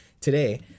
today